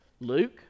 Luke